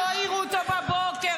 לא העירו אותו בבוקר,